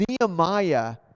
Nehemiah